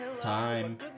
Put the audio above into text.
time